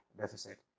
deficit